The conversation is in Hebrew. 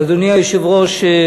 היושב-ראש,